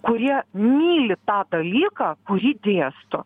kurie myli tą dalyką kurį dėsto